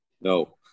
no